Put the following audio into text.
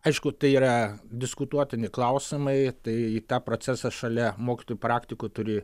aišku tai yra diskutuotini klausimai tai į tą procesą šalia mokytojų praktikų turi